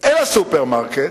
אל הסופרמרקט,